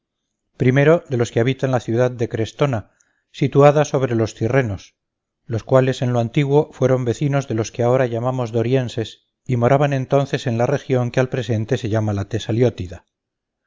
primero de los que habitan la ciudad de crestona situada sobre los tyrrenos los cuales en lo antiguo fueron vecinos de los que ahora llamamos dorienses y moraban entonces en la región que al presente se llama la tessaliotida